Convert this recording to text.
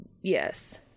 Yes